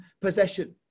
possession